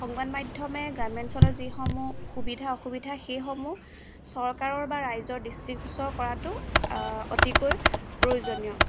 সংবাদ মাধ্যমে গ্ৰাম্যাঞ্চলৰ যিসমূহ সুবিধা অসুবিধা সেইসমূহ চৰকাৰৰ বা ৰাইজৰ দৃষ্টিগোচৰ কৰাটো অতিকৈ প্ৰয়োজনীয়